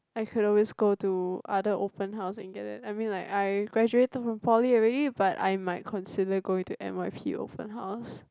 I can always go to other open house and get them I mean like I graduated from poly already but I might consider going to N_Y_P open house